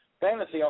fantasy